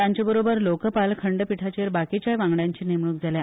तांचे बरोबर लोकपाल खंडपीठाचेर बाकीच्याय वांगड्यांची नेमणूक जाल्या